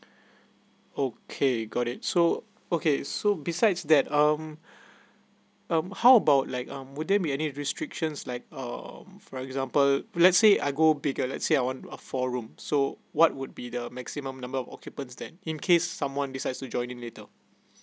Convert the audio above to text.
okay got it so okay so besides that um um how about like um will there be any restrictions like um for example let's say I go bigger let say I want uh four room so what would be the maximum number of occupants then in case someone decides to joining later